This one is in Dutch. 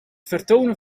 vertonen